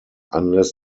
unless